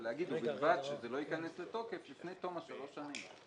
ולהגיד: ובלבד שזה לא ייכנס לתוקף לפני תום שלוש השנים.